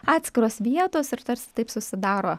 atskiros vietos ir tarsi taip susidaro